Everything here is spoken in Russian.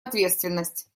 ответственность